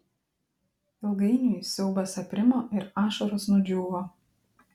ilgainiui siaubas aprimo ir ašaros nudžiūvo